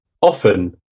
often